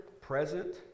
present